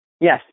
Yes